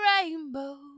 rainbow